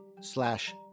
slash